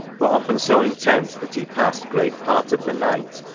were often so intense, that he passed great part of the night,